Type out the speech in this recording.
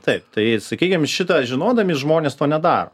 taip tai sakykim šitą žinodami žmonės to nedaro